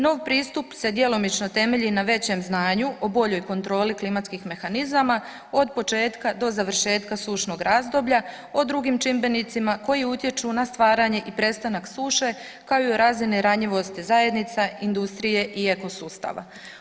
Nov pristup se djelomično temelji na većem znanju o boljoj kontroli klimatskih mehanizama, od početka do završetka sušnog razdoblja, o drugim čimbenicima koji utječu na stvaranje i prestanak suše kao i o razini ranjivosti zajednica industrije i eko sustava.